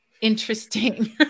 interesting